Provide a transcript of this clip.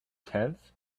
tenth